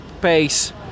pace